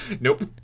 Nope